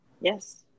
Yes